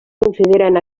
consideren